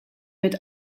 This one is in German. mit